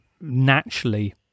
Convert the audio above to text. naturally